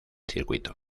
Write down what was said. circuito